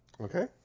Okay